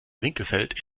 winkelfeld